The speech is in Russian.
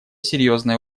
серьезное